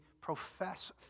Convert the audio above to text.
profess